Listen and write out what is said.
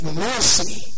mercy